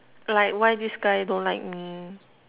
like why this guy don't like me